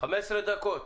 "15 דקות",